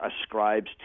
ascribes